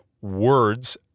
words